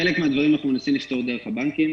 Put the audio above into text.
חלק מהדברים אנחנו מנסים לפתור דרך הבנקים.